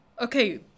okay